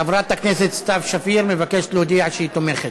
חברת הכנסת סתיו שפיר מבקשת להודיע שהיא תומכת.